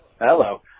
Hello